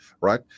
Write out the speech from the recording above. right